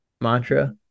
mantra